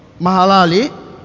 mahalali